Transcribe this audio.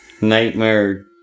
nightmare